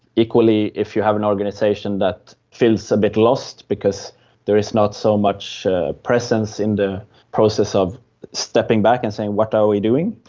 equally if you have an organisation that feels a bit lost, because there is not so much presence in the process of stepping back and saying what are we doing,